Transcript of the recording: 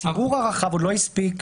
הציבור הרחב עוד לא הספיק,